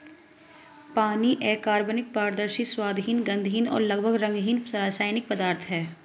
पानी अकार्बनिक, पारदर्शी, स्वादहीन, गंधहीन और लगभग रंगहीन रासायनिक पदार्थ है